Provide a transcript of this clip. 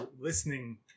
listening